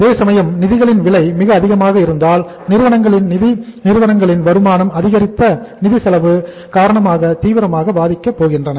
அதேசமயம் நிதிகளின் விலை மிக அதிகமாக இருந்தால் நிறுவனங்களின் நிதி நிறுவனங்களின் வருமானம் அதிகரித்த நிதி செலவு காரணமாக தீவிரமாக பாதிக்கப் போகின்றன